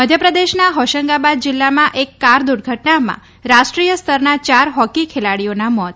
મધ્યપ્રદેશના હોશંગાબાદ જિલ્લામાં એક કાર દુર્ધટનામાં રાષ્રીઈંથ સ્તરના યાર હોકી ખેલાડીઓના મોત